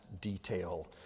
detail